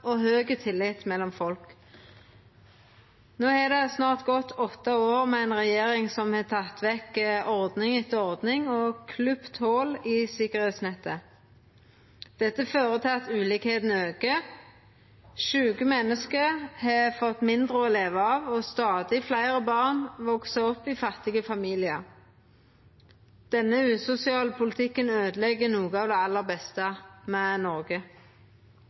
og høg tillit mellom folk. No har det snart gått åtte år med ei regjering som har teke vekk ordning etter ordning og klipt hòl i sikkerheitsnettet. Dette fører til at forskjellane aukar. Sjuke menneske har fått mindre å leva av, og stadig fleire barn veks opp i fattige familiar. Denne usosiale politikken øydelegg noko av det aller beste med Noreg.